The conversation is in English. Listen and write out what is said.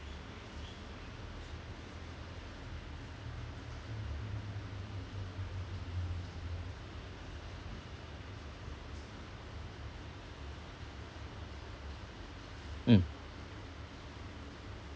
mm